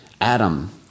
Adam